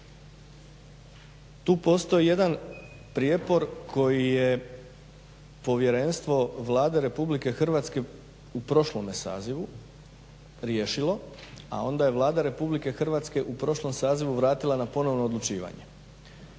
tu postoji jedan prijepor koji je Povjerenstvo Vlade Republike Hrvatske u prošlome sazivu riješilo, a onda je Vlada Republike Hrvatske u prošlom sazivu vratila na ponovno odlučivanje.